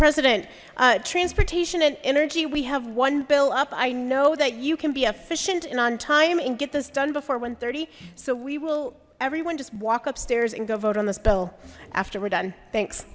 president transportation and energy we have one bill up i know that you can be efficient and on time and get this done before one thirty so we will everyone just walk upstairs and go vote on this bill after we're done thanks